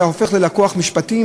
אתה הופך ללקוח משפטי.